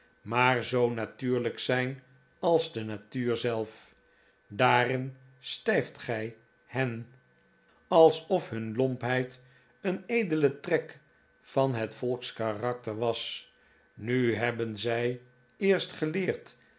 maar zoo natuurlijk zijn als de natuur zelf daarin stijft gij hen alsof hun lompheid een edele trek van het volkskarakter was nu hebben zij eerst geleerd